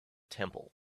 temple